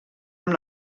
amb